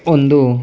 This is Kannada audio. ಒಂದು